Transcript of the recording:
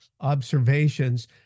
observations